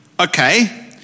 Okay